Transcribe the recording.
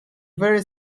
very